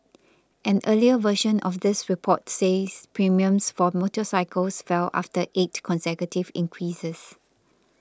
an earlier version of this report says premiums for motorcycles fell after eight consecutive increases